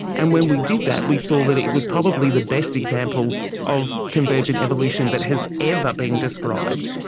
and when we did that we saw that it was probably the best example of convergent evolution that has ever been described.